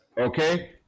Okay